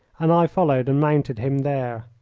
and i followed and mounted him there.